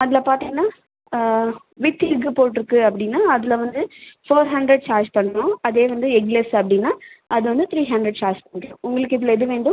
அதில் பார்த்தீங்கனா with egg போட்டுருக்கு அப்படின்னா அதில் வந்து ஃபோர் ஹண்ட்ரட் சார்ஜ் பண்ணுறோம் அதே வந்து எக்லெஸ் அப்படின்னா அது வந்து த்ரீ ஹண்ட்ரட் சார்ஜ் பண்ணுறோம் உங்களுக்கு இதில் எது வேண்டும்